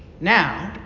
now